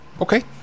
Okay